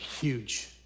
huge